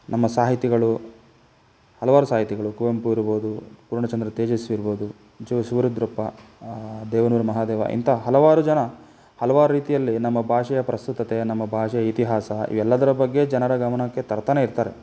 ನಮ್ಮ ಸಾಹಿತಿಗಳು ಹಲವಾರು ಸಾಹಿತಿಗಳು ಕುವೆಂಪು ಇರ್ಬೋದು ಪೂರ್ಣಚಂದ್ರ ತೇಜಸ್ವಿ ಇರ್ಬೋದು ಜು ಶಿವರುದ್ರಪ್ಪ ದೇವನೂರು ಮಹಾದೇವ ಇಂಥ ಹಲವಾರು ಜನ ಹಲವಾರು ರೀತಿಯಲ್ಲಿ ನಮ್ಮ ಭಾಷೆಯ ಪ್ರಸ್ತುತತೆ ನಮ್ಮ ಭಾಷೆಯ ಇತಿಹಾಸ ಇವೆಲ್ಲದರ ಬಗ್ಗೆ ಜನರ ಗಮನಕ್ಕೆ ತರ್ತನೇ ಇರ್ತಾರೆ